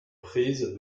prise